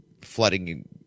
flooding